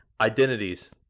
identities